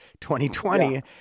2020